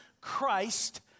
Christ